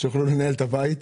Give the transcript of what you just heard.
לנהל את הבית.